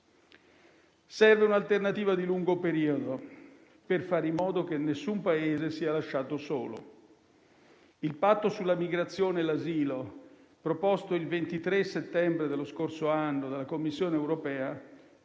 Serve un'alternativa di lungo periodo, per fare in modo che nessun Paese sia lasciato solo. Il Patto sulla migrazione e l'asilo, proposto il 23 settembre dello scorso anno dalla Commissione europea,